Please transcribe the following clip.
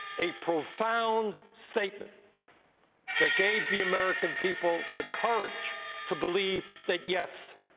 a profound statement that gave the american people the courage to believe that, yes,